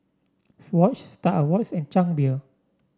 Swatch Star Awards and Chang Beer